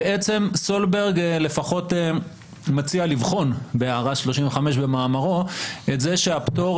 סולברג לפחות מציע לבחון בהערה 35 במאמרו את זה שהפטור